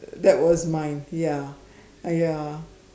that was my ya I ya